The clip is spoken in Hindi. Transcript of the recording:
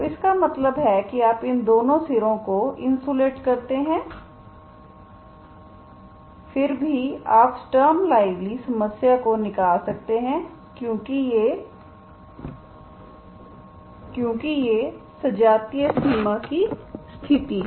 तो इसका मतलब है कि आप इन दोनों सिरों को इंसुलेट करते हैं फिर भी आप स्टर्म लाइवली समस्या को निकाल सकते हैं क्योंकि ये सजातीय सीमा की स्थिति हैं